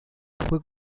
fue